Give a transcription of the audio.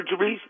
surgeries